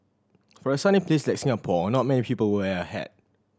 for a sunny place like Singapore not many people wear a hat